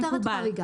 מקובל.